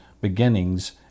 beginnings